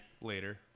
Later